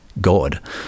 God